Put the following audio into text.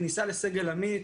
כניסה לסגל עמית.